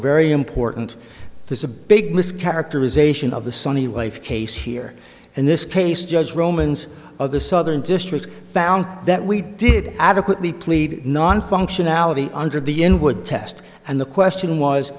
very important there's a big mischaracterization of the sunny life case here and this case judge romans of the southern district found that we did adequately plead non functionality under the inwood test and the question was